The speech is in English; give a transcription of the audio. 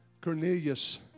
Cornelius